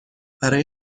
برای